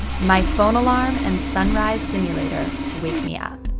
my phone alarm and sun rise simulator wake me up.